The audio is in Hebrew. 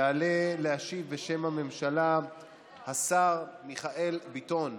יעלה להשיב בשם הממשלה השר מיכאל ביטון,